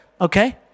Okay